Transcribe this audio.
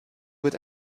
wird